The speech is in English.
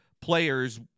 players